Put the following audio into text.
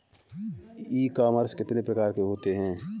E commerce कितने प्रकार के होते हैं?